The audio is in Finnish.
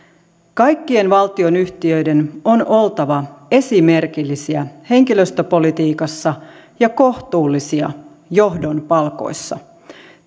kaikkien valtionyhtiöiden on oltava esimerkillisiä henkilöstöpolitiikassa ja kohtuullisia johdon palkoissa